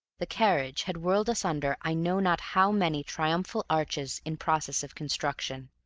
the carriage had whirled us under i know not how many triumphal arches in process of construction,